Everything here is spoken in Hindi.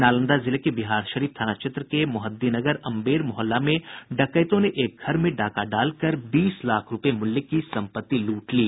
नालंदा जिले के बिहारशरीफ थाना क्षेत्र के मोहद्दीनगर अम्बेर मोहल्ला में डकैतों ने एक घर में डाका डालकर बीस लाख रूपये की संपत्ति लूट ली